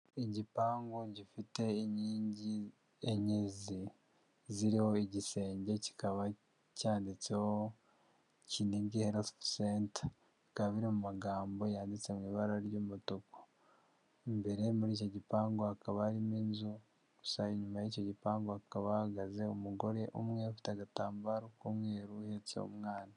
Igipangu gifite inkingi enyezi ziriho igisenge kikaba cyanditseho kinigera senta bikaba biri mu magambo yanditse mu ibara ry'umutuku imbere muri icyo gipangu hakaba harimo inzu gusa inyuma y'icyo gipangu bakaba hahagaze umugore umwe afite agatambaro k'umweru uhetse umwana.